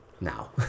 now